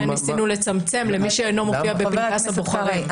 ולכן ניסינו לצמצם למי שאינו מופיע בפנקס הבוחרים.